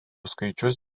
skaičius